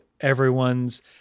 everyone's